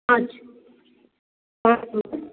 पाँच पाँच लोग हैं